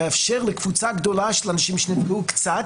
שמאפשר לקבוצה גדולה של אנשים שנפגעו קצת,